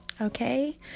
Okay